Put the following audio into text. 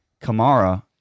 Kamara